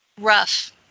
Rough